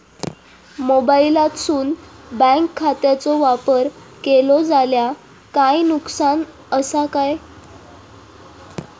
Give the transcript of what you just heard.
मोबाईलातसून बँक खात्याचो वापर केलो जाल्या काय नुकसान असा काय?